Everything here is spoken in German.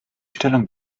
stellung